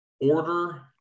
Order